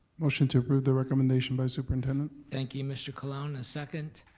motion to approve the recommendation by superintendent. thank you, mr. colon, a second?